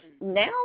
now